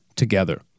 Together